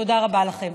תודה רבה לכן.